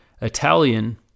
Italian